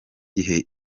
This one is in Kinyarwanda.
gihe